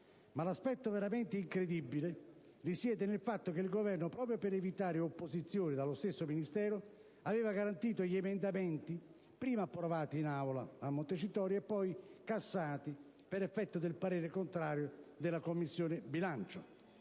Ma l'aspetto veramente incredibile risiede nel fatto che il Governo, proprio per evitare opposizione e strumentalizzazione da parte dello stesso Ministero, aveva garantito gli emendamenti, prima approvati in Aula a Montecitorio, poi cassati per effetto del parere contrario della Commissione bilancio.